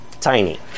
Tiny